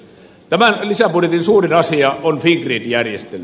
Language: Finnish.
tämän lisäbudjetin suurin asia on fingrid järjestely